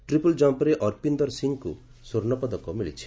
triple ଜମ୍ପ୍ରେ ଅରପିନ୍ଦର ସିଂହଙ୍କୁ ସ୍ୱର୍ଣ୍ଣ ପଦକ ମିଳିଛି